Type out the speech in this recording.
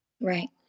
right